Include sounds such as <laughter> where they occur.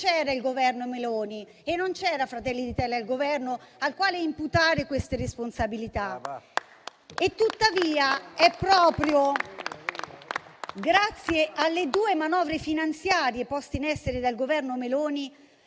non c'era il Governo Meloni, non c'era Fratelli d'Italia al Governo, ai quali imputare queste responsabilità. <applause> Tuttavia, proprio grazie alle due manovre finanziarie poste in essere dal Governo Meloni,